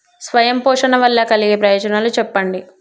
స్వయం పోషణ వల్ల కలిగే ప్రయోజనాలు చెప్పండి?